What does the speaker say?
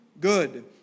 good